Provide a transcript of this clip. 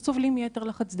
שסובלים מיתר לחץ דם,